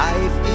Life